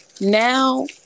now